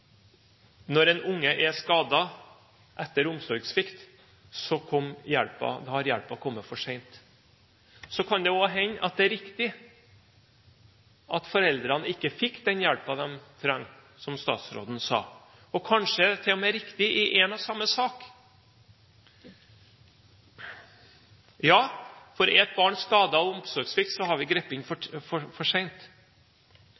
når en unge er skadet etter omsorgssvikt, har hjelpen kommet for sent. Så kan det også hende at det er riktig at foreldrene ikke fikk den hjelpen de trengte, som statsråden sa, og kanskje er det til og med riktig i én og samme sak. Ja, for blir et barn skadet på grunn av omsorgssvikt, har vi grepet inn for